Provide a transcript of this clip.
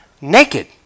naked